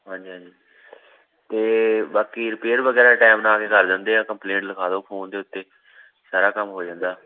ਹਾਂਜੀ ਹਾਂਜੀ ਅਤੇ ਬਾਕੀ ਰਿਪੇਅਰ ਵੈਗਰਾ ਟੈਮ ਨਾਲ ਦੀ ਨਾਲ ਆ ਜਾਂਦੇ ਆ ਕੰਪਲੇਂਟ ਲਿਖਾ ਦੋ ਫੋਨ ਦੇ ਉੱਤੇ ਸਾਰਾ ਕੰਮ ਹੋ ਜਾਂਦਾ